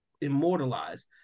immortalized